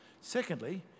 Secondly